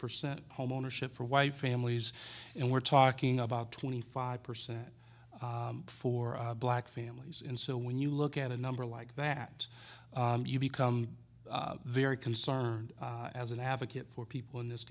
percent homeownership for y families and we're talking about twenty five percent for black families and so when you look at a number like that you become very concerned as an advocate for people in this